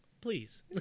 Please